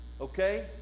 Okay